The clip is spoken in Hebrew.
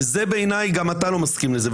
וגם אתה לא מסכים לזה.